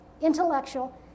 intellectual